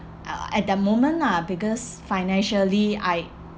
uh at that moment lah because financially I